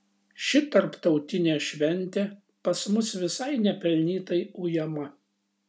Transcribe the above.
ši tarptautinė šventė pas mus visai nepelnytai ujama